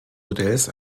modells